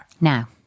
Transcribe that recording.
now